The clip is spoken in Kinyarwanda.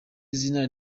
izina